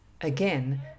Again